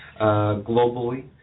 Globally